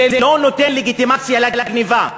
זה לא נותן לגיטימציה לגנבה,